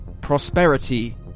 prosperity